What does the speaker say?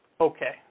Okay